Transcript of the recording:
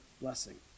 blessing